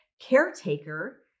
caretaker